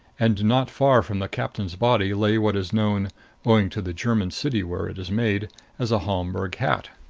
and not far from the captain's body lay what is known owing to the german city where it is made as a homburg hat.